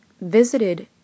visited